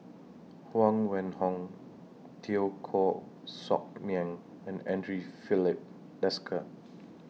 Huang Wenhong Teo Koh Sock Miang and Andre Filipe Desker